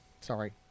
Sorry